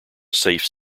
safe